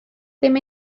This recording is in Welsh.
ddim